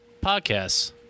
podcasts